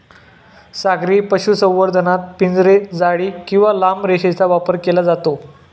सागरी पशुसंवर्धनात पिंजरे, जाळी किंवा लांब रेषेचा वापर केला जातो